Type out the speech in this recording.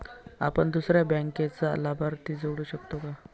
आपण दुसऱ्या बँकेचा लाभार्थी जोडू शकतो का?